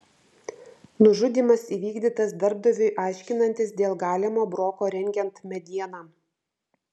nužudymas įvykdytas darbdaviui aiškinantis dėl galimo broko rengiant medieną